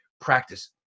practice